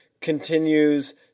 continues